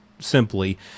simply